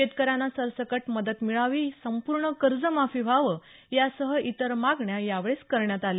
शेतकऱ्यांना सरसकट मदत मिळावी संपूर्ण कर्जमाफी व्हावं यांसह इतर मागण्या यावेळेस करण्यात आल्या